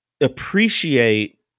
appreciate